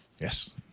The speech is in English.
Yes